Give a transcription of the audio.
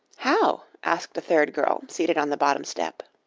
how? asked a third girl, seated on the bottom step.